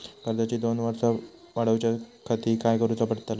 कर्जाची दोन वर्सा वाढवच्याखाती काय करुचा पडताला?